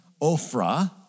Ophrah